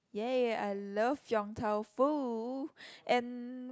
yay I love Yong-Tau-Foo and